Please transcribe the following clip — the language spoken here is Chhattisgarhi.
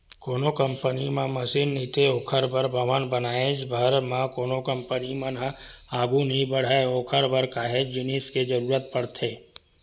कोनो कंपनी म मसीन नइते ओखर बर भवन बनाएच भर म कोनो कंपनी मन ह आघू नइ बड़हय ओखर बर काहेच जिनिस के जरुरत पड़थे